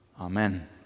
Amen